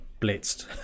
blitzed